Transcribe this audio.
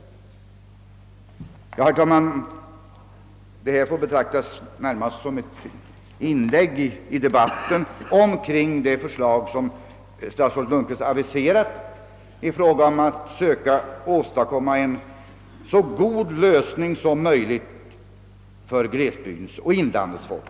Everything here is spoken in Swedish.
Detta, herr talman, får närmast betraktas som ett inlägg i debatten omkring det förslag som statsrådet Lundkvist aviserat i fråga om att söka åstadkomma en så god lösning som möjligt av trafikproblemen för glesbygdens och inlandets folk.